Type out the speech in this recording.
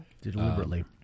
deliberately